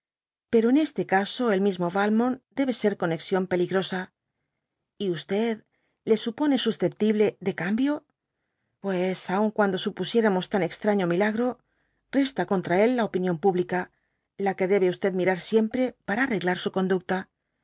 pero en este caso el mismo valmont debe ser conexión peligrosa y e le supone susceptible de cambio pues aun cuando supusiéremos tan extraño milagro resta contra él la opinión pública la que debe mirar siempre para arreglar su conducta